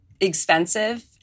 expensive